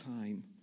time